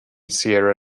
sierra